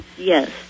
Yes